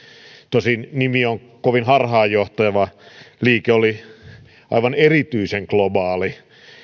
tosin nimi on kovin harhaanjohtava liike oli aivan erityisen globaali